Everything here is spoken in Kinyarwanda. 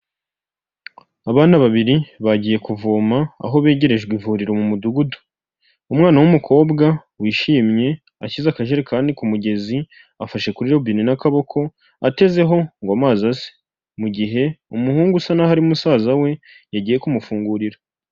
Abana babiri bagiye kuvoma aho begerejwe ivuriro mu mudugudu, umwana w'umukobwa wishimye, ashyize akajerekani ku mugezi afashe kuri robine n'akaboko atezeho ngo amazi aze, mu gihe umuhungu usa n'aho ari musaza we yagiye kumufungurira.